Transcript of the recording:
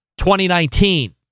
2019